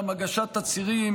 הגשת תצהירים,